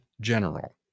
general